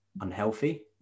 unhealthy